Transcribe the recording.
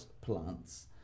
plants